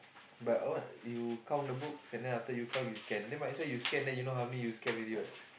but what you count the books and then after you count you scan then might as well you scan you scan then you know how many already what